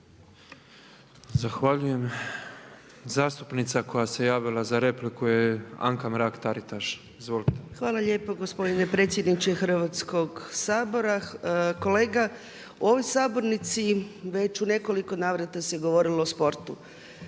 Zahvaljujem. Zastupnica koja se javila za repliku je Anka Mrak Taritaš. **Mrak-Taritaš, Anka (HNS)** Hvala lijepa gospodine zastupniče Hrvatskog sabora. Kolega, u ovoj sabornici već u nekoliko navrata se govorilo o sportu,